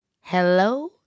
Hello